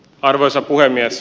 arvoisa puhemies